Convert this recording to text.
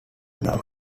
now